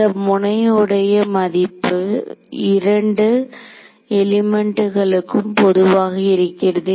இந்த முனை உடைய மதிப்பு இரண்டு எலிமெண்ட்களுக்கும் பொதுவாக இருக்கிறது